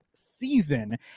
season